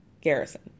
Garrison